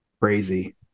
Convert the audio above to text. Crazy